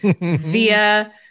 via